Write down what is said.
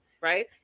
right